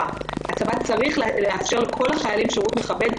מאוד: הצבא צריך לאפשר לכל החיילים שירות מכבד,